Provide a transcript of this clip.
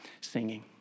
singing